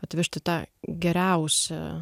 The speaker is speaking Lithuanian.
atvežti tą geriausią